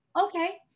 okay